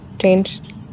change